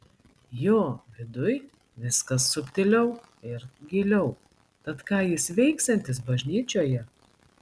jo viduj viskas subtiliau ir giliau tad ką jis veiksiantis bažnyčioje